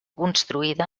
construïda